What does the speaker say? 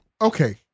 Okay